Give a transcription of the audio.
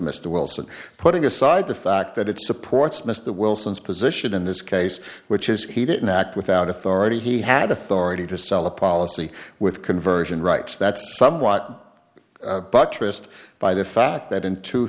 mr wilson putting aside the fact that it supports mr wilson's position in this case which is he didn't act without authority he had authority to sell a policy with conversion rights that's somewhat buttressed by the fact that in two